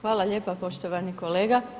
Hvala lijepa poštovani kolega.